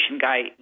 guy